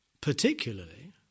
Particularly